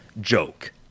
joke